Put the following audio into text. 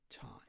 time